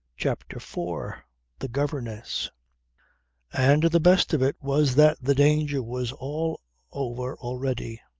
chapter four the governess and the best of it was that the danger was all over already.